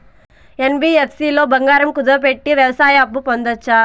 NBFC లో బంగారం కుదువు పెట్టి వ్యవసాయ అప్పు పొందొచ్చా?